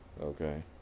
okay